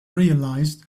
realized